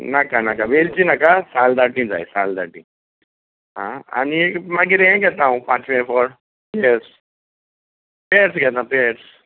नाका नाका वेलची नाका सालदाटी जाय सालदाटी आं आनी मागीर हें घेता हांव पांचवें फळ पेर्स पेर्स घेता पेर्स